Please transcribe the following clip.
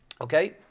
okay